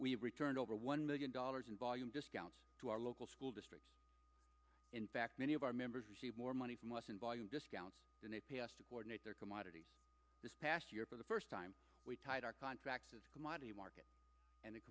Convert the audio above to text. we returned over one million dollars in volume discounts to our local school districts in fact many of our members receive more money from us in volume discounts and they pay us to coordinate their commodities this past year for the first time we tied our contracts as a commodity market and